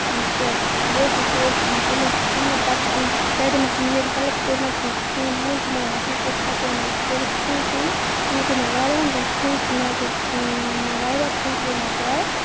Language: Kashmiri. تہٕ بیٚیہِ اوس سُہ اوس تِم ٲسۍ ژھیٚنۍ مٕتۍ پَتہٕ کَرے مَکھ نیٖڈ ہیٚلپ کوٚر مےٚ تمَن پتہٕ فون وون تِمو وونُکھ نہَ أسۍ ہیٚکوے نہٕ یہِ کٔرِتھ کَہیٖنۍ تِنہٕ تِمو کوٚر مےٚ واریَہَن دۄہَن فون تہٕ مےٚ گوٚو واریاہ پونٛسہٕ گٔے مےٚ زایہِ